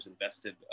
invested